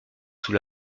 sous